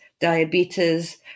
diabetes